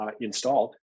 installed